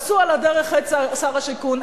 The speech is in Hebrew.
תפסו על הדרך את שר השיכון,